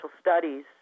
studies